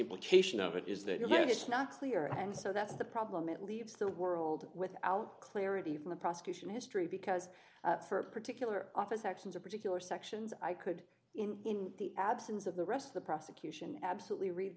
implication of it is that you're just not clear and so that's the problem it leaves the world without clarity from the prosecution history because for a particular office actions or particular sections i could in in the absence of the rest of the prosecution absolutely read